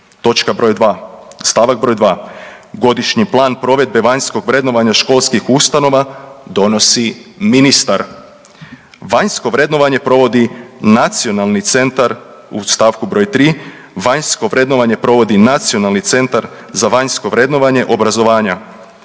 točka br. 2., st. br. 2. godišnji plan provedbe vanjskog vrednovanja školskih ustanova donosi ministar. Vanjsko vrednovanje provodi nacionalni centar u st. br. 3. vanjsko vrednovanje